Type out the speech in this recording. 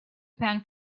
pan